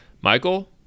Michael